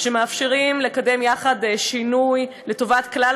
שמאפשרים לקדם יחד שינוי לטובת כלל